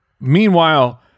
Meanwhile